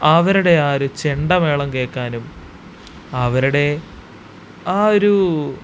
അവരുടെ ആ ഒരു ചെണ്ടമേളം കേള്ക്കാനും അവരുടെ ആ ഒരു